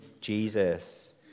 Jesus